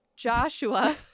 Joshua